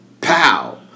pow